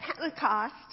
Pentecost